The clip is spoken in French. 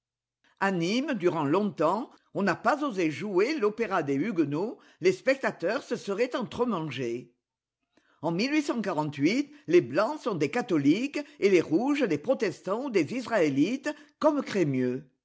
a nîmes durant longtemps on n'a pas osé jouer l'opéra des huguenots les spectateurs se seraient entremangés en les blancs sont des catholiques et les rouges des protestants ou des israélites comme crémieux